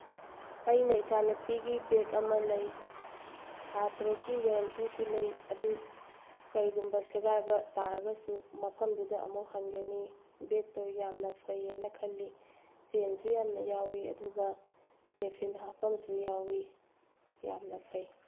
ꯑꯩꯅ ꯏꯆꯥ ꯅꯨꯄꯤꯒꯤ ꯕꯦꯒ ꯑꯃ ꯂꯩ ꯊꯥ ꯇꯔꯨꯛꯀꯤ ꯋꯥꯔꯦꯟꯇꯤꯁꯨ ꯂꯩ ꯑꯗꯨ ꯀꯔꯤꯒꯨꯝꯕ ꯁꯦꯒꯥꯏꯕ ꯇꯥꯔꯒꯁꯨ ꯃꯐꯝꯗꯨꯗ ꯑꯃꯨꯛ ꯍꯟꯒꯅꯤ ꯕꯦꯒꯇꯨ ꯌꯥꯝꯅ ꯐꯩ ꯍꯥꯏꯅ ꯈꯜꯂꯤ ꯆꯦꯟꯁꯨ ꯌꯥꯝꯅ ꯌꯥꯎꯏ ꯑꯗꯨꯒ ꯇꯦꯐꯤꯟ ꯍꯥꯞꯐꯝꯁꯨ ꯌꯥꯎꯋꯤ ꯌꯥꯝꯅ ꯐꯩ